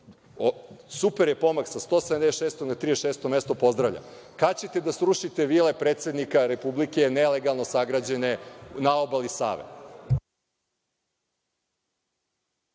super je pomak, sa 176 na 36 mesto, pozdravljam. Kada ćete da srušite vile predsednika republike, nelegalno sagrađene na obali Save?